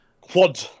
Quad